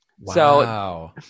Wow